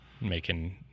Making-